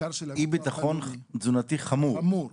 המחקר של --- אי-ביטחון תזונתי חמור.